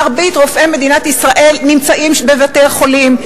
מרבית רופאי מדינת ישראל נמצאים בבתי-חולים,